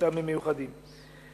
מטעמים מיוחדים.